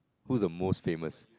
who's the most famous